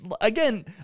again